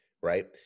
right